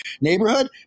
neighborhood